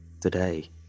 Today